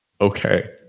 okay